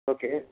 okay